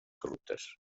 corruptes